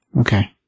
okay